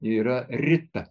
yra rita